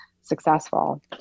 successful